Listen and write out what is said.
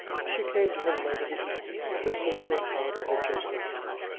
she came to him late in the evening when his sister and father had just left him,